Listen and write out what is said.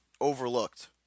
overlooked